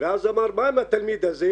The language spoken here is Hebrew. ואז הוא אמר: מה עם התלמיד הזה?